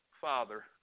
Father